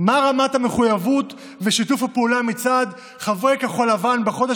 מה רמת המחויבות ושיתוף הפעולה מצד חברי כחול לבן בחודש